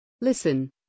Listen